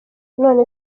none